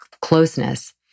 closeness